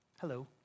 Hello